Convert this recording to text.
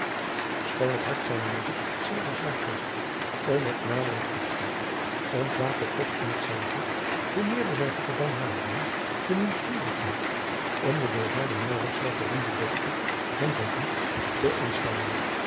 schoon het hart zijner moeder zeer bezwaard was om het naderend afscheid ontwaakte toch in hetzelve hoe meerder zij rotterdam naderden de nieuwsgierigheid om de door haren adriaan loosjes pzn het leven van maurits lijnslager maurits zoo geroemde dochter van van vliet te aanschouwen